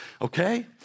Okay